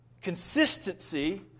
Consistency